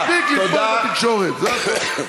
מספיק לתמוך בתקשורת, זה הכול.